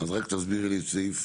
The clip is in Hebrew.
אז רק תסבירי לי את סעיף